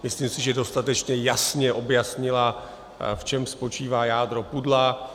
Myslím si, že dostatečně jasně objasnila, v čem spočívá jádro pudla.